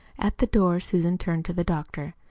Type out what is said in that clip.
at the door susan turned to the doctor.